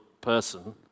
person